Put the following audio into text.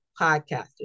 podcasters